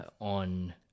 on